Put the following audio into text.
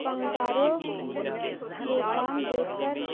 فنکاروں کے کام دیکھ کر